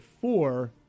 four